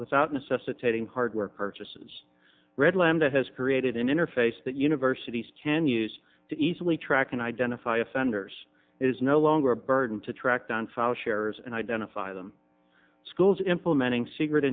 without necessitating hardware purchases redland it has created an interface that universities can use to easily track and identify offenders is no longer a burden to track down file sharers and identify them schools implementing secret